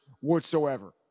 whatsoever